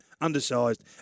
undersized